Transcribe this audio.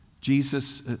Jesus